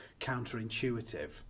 counterintuitive